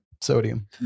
sodium